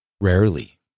rarely